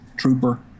trooper